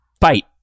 fight